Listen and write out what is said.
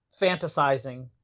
fantasizing